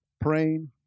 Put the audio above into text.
praying